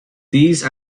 these